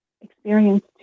experience